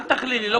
אל תכלילי.